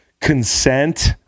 consent